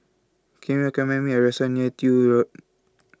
Can YOU recommend Me A Restaurant near Tiew Road